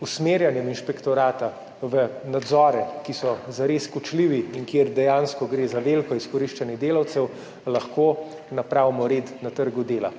usmerjanjem inšpektorata v nadzore, ki so zares kočljivi in kjer dejansko gre za veliko izkoriščanje delavcev, lahko napravimo red na trgu dela.